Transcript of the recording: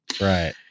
Right